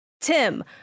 tim